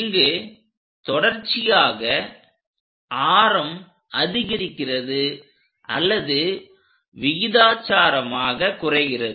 இங்கு தொடர்ச்சியாக ஆரம் அதிகரிக்கிறது அல்லது விகிதாசாரமாக குறைகிறது